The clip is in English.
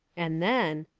and then